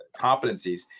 competencies